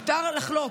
מותר לחלוק.